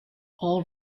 all